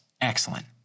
excellent